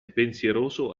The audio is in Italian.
pensieroso